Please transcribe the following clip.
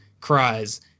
Cries